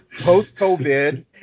post-COVID